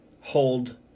hold